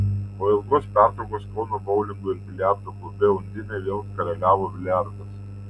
po ilgos pertraukos kauno boulingo ir biliardo klube undinė vėl karaliavo biliardas